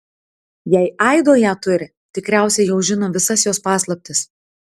jei aido ją turi tikriausiai jau žino visas jos paslaptis